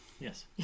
Yes